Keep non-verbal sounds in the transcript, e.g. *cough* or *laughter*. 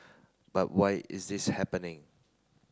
*noise* but why is this happening